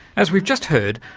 as we've just heard,